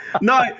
No